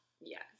Yes